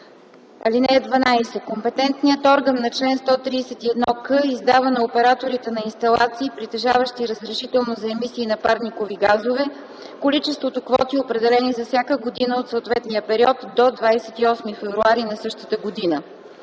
(12) Компетентният орган по чл. 131к издава на операторите на инсталации, притежаващи разрешително за емисии на парникови газове, количеството квоти, определени за всяка година от съответния период до 28 февруари на същата година.